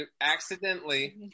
Accidentally